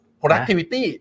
productivity